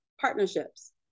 partnerships